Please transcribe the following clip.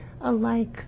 alike